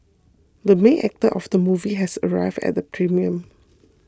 the main actor of the movie has arrived at the premiere